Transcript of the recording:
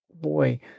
boy